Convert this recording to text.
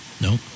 No